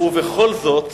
ובכל זאת,